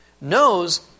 knows